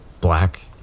Black